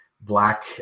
black